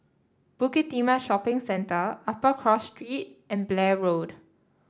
Bukit Timah Shopping Centre Upper Cross Street and Blair Road